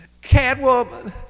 Catwoman